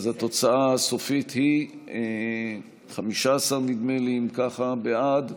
התוצאה הסופית הייתה 15, נדמה לי, אם ככה, בעד,